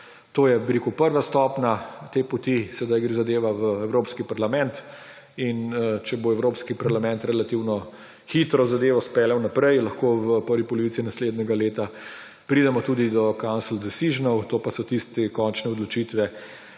to je prva stopnja te poti. Zdaj gre zadeva v Evropski parlament in če bo Evropski parlament relativno hitro zadevo speljal naprej, lahko v prvi polovici naslednjega leta pridemo tudi do council decisions, to pa so tiste končne odločitve,